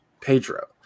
Pedro